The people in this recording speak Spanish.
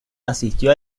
asistió